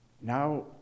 Now